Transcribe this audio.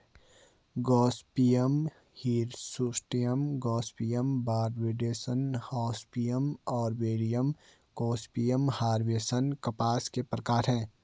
Gossypium hirsutum, gossypium barbadense, gossypium arboreum, gossypium herbaceum कपास के प्रकार है